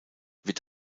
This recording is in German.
wird